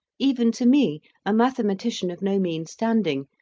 even to me, a mathematician of no mean standing,